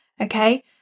okay